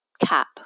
cap